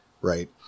right